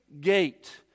gate